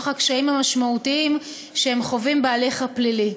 נוכח הקשיים המשמעותיים שהם חווים בהליך הפלילי.